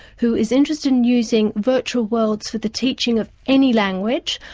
who is interested in using virtual worlds for the teaching of any language,